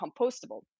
compostable